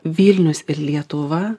vilnius ir lietuva